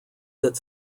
that